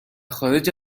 خارج